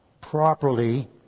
properly